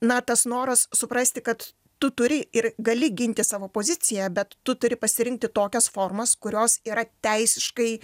na tas noras suprasti kad tu turi ir gali ginti savo poziciją bet tu turi pasirinkti tokias formas kurios yra teisiškai